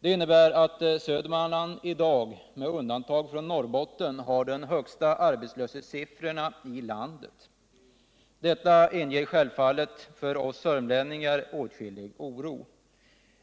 Det innebär att Södermanland i dag, med undantag för Norrbotten, har den högsta arbetslöshetssiffran i landet. Detta inger självfallet för oss sörmlänningar åtskillig oro.